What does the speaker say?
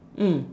mm